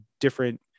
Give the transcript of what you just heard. different